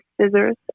scissors